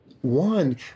One